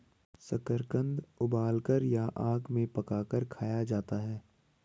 शकरकंद उबालकर या आग में पकाकर खाया जाता है